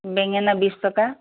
বেঙেনা বিশ টকা